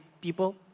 people